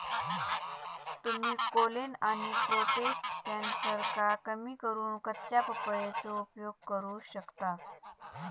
तुम्ही कोलेन आणि प्रोटेस्ट कॅन्सरका कमी करूक कच्च्या पपयेचो उपयोग करू शकतास